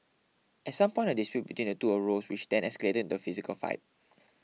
at some point a dispute between the two arose which then escalated into physical fight